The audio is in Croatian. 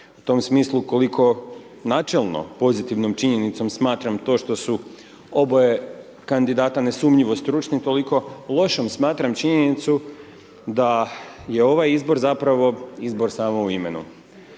U tom smislu koliko načelno pozitivnom činjenicom smatram to što su oboje kandidata nesumnjivo stručni, toliko lošom smatram činjenicu da je ovaj izbor zapravo izbor samo u imenu.